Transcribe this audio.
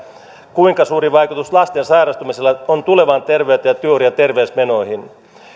kuinka suuri vaikutus lasten sairastumisella on tulevaan terveyteen ja työuriin ja terveysmenoihin